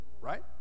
Right